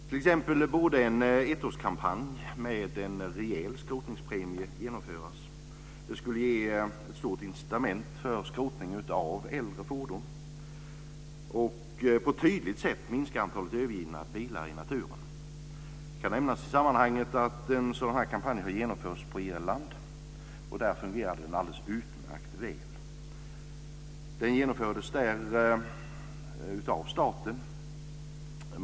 T.ex. borde en ettårskampanj med en rejäl skrotningspremie genomföras. Det skulle ge ett starkt incitament för skrotning av äldre fordon och tydligt minska antalet övergivna bilar i naturen. Det kan i sammanhanget nämnas att en sådan kampanj har genomförts på Irland, och där har den fungerat alldeles utmärkt väl. Den genomfördes där av staten.